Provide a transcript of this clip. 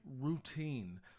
routine